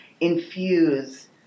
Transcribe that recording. infuse